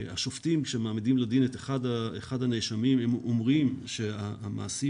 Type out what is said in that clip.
השופטים שמעמידים לדין את אחד הנאשמים אומרים שהמעשים